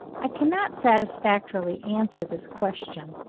i cannot satisfactorily answer this question.